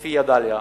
עוספיא ודאליה,